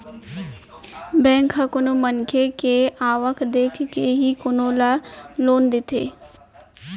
bank ह कोनो मनखे के आवक देखके ही कोनो ल लोन देथे